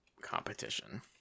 competition